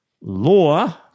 Law